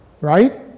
right